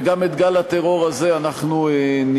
וגם את גל הטרור הזה אנחנו נגדע.